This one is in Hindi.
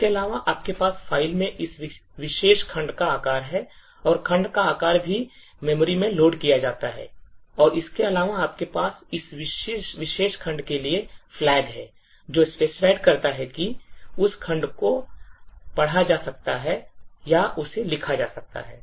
इसके अलावा आपके पास फ़ाइल में इस विशेष खंड का आकार है और खंड का आकार भी मेमोरी में लोड किया जाता है और इसके अलावा आपके पास इस विशेष खंड के लिए flag हैं जो specified करता है कि क्या उस खंड को पढ़ा जा सकता है या उसे लिखा जा सकता है